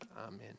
Amen